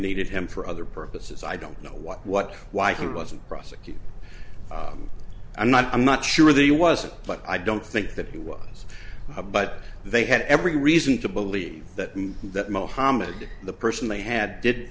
needed him for other purposes i don't know what what why he wasn't prosecuted i'm not i'm not sure that he wasn't but i don't think that he was but they had every reason to believe that that mohamed the person they had did